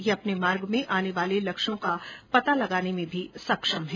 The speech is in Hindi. यह अपने मार्ग में आने वाले लक्ष्यों का पता लगाने में भी सक्षम है